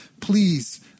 please